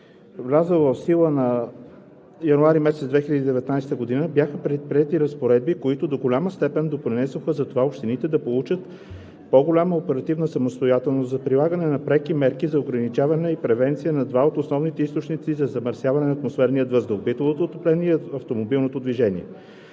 влязъл в сила през януари месец 2019 г., бяха предприети разпоредби, които до голяма степен допринесоха за това общините да получат по-голяма оперативна самостоятелност за прилагане на преки мерки за ограничаване и превенция на два от основните източници за замърсяване на атмосферния въздух – битовото отопление и автомобилното движение.